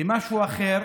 למשהו אחר